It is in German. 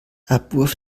abwurf